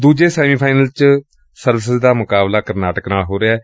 ਦੁਜੇ semi final ਵਿਚ Services ਦਾ ਮੁਕਾਬਲਾ ਕਰਨਾਟਕ ਨਾਲ ਹੋ ਰਿਹੈ